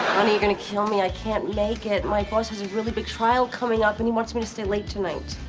honey, you're gonna kill me. i can't make it. my boss has a really big trial coming up and he wants me to stay late tonight.